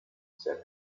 said